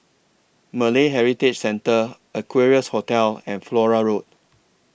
Malay Heritage Centre Equarius Hotel and Flora Road